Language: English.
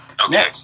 Okay